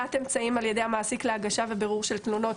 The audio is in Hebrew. קביעת אמצעים על-ידי מעסיק להגשה ובירור של תלונות